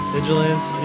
Vigilance